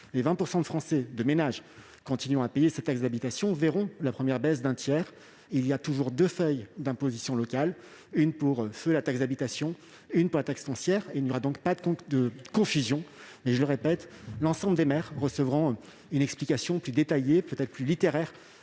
les 20 % de ménages continuant à la payer bénéficieront d'une première baisse d'un tiers. Il y a toujours deux feuilles d'imposition locale : une pour feu la taxe d'habitation et une pour la taxe foncière. Il n'y aura donc pas de confusion. Je le répète, l'ensemble des maires recevront une explication plus détaillée, peut-être plus littéraire,